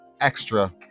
extra